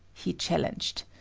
he challenged.